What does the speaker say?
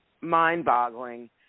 mind-boggling